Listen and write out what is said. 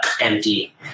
empty